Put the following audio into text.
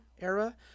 era